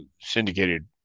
syndicated